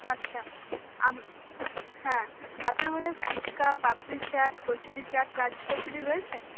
আচ্ছা হ্যাঁ আপনার ফুচকা পাপড়ি চাট কচুরি চাট রাজ কচুরি রয়েছে